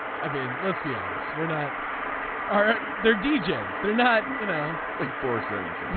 i mean let's be honest. we're not ah they're digital. they're not you know like forces.